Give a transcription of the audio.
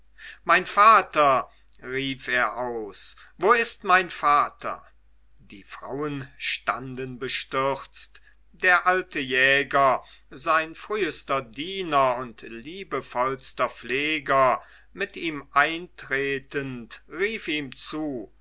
mein vater rief er aus wo ist mein vater die frauen standen bestürzt der alte jäger sein frühster diener und liebevollster pfleger mit ihm eintretend rief ihm zu